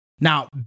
Now